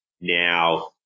now